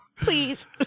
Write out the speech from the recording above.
Please